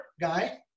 guy